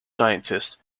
scientist